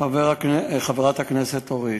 חברת הכנסת אורית,